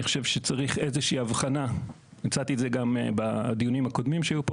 צריך הבחנה והצעתי בדיונים הקודמים שהיו פה,